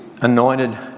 anointed